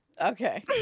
Okay